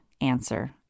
answer